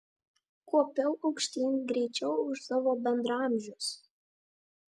kopiau aukštyn greičiau už savo bendraamžius